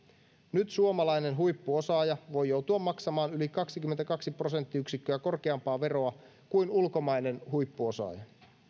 nyt suomalainen huippuosaaja voi joutua maksamaan yli kaksikymmentäkaksi prosenttiyksikköä korkeampaa veroa kuin ulkomainen huippuosaaja